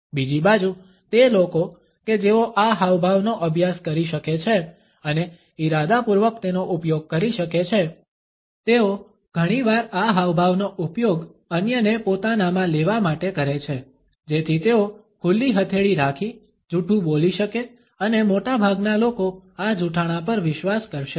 બીજી બાજુ તે લોકો કે જેઓ આ હાવભાવનો અભ્યાસ કરી શકે છે અને ઇરાદાપૂર્વક તેનો ઉપયોગ કરી શકે છે તેઓ ઘણીવાર આ હાવભાવનો ઉપયોગ અન્યને પોતાનામાં લેવા માટે કરે છે જેથી તેઓ ખુલ્લી હથેળી રાખી જૂઠું બોલી શકે અને મોટાભાગના લોકો આ જૂઠાણા પર વિશ્વાસ કરશે